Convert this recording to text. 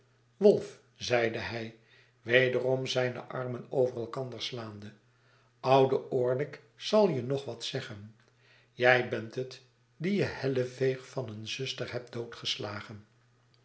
wolf zeide hij wederom zijne armen over elkander slaande oude orlick zal je nog wat zeggen jij bent het die je helleveeg van een zuster hebt doodgeslagen